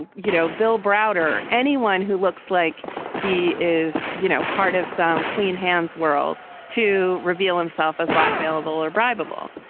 you know, bill browder, anyone who looks like he is, you know, part of some clean hands world to reveal himself as blackmailable or drivable.